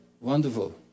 wonderful